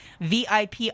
VIP